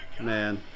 man